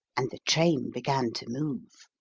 and the train began to move.